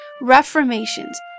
reformations